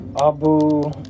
Abu